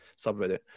subreddit